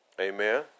Amen